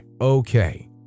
okay